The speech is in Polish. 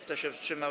Kto się wstrzymał?